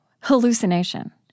hallucination